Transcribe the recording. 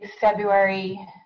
February